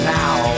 now